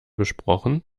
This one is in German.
besprochen